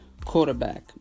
Quarterback